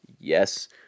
Yes